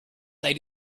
they